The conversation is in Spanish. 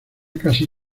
casi